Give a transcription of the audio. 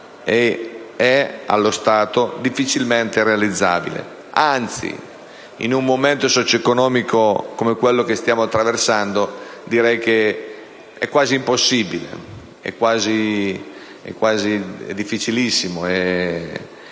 è allo stato difficilmente realizzabile. Anzi, in un momento socio‑economico come quello che stiamo attraversando direi che è quasi impossibile, difficilissima